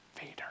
Vader